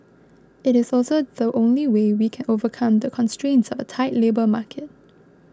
it is also the only way we can overcome the constraints of a tight labour market